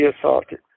assaulted